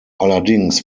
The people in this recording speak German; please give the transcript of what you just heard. allerdings